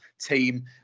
team